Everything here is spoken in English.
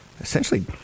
essentially